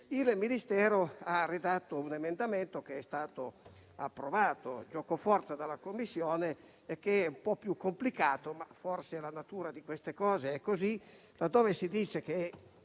Il Ministero ha redatto un emendamento, che è stato approvato gioco forza dalla Commissione e che è un po' più complicato - ma forse la natura di queste cose è così - in cui si dice che,